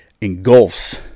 engulfs